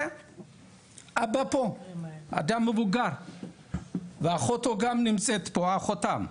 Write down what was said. זה אבא פה, אדם מבוגר ואחותו גם נמצאת פה, אחותם,